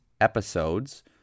episodes